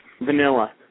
vanilla